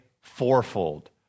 fourfold